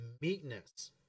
meekness